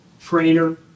trainer